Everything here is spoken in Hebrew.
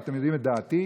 ואתם יודעים את דעתי.